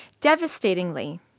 Devastatingly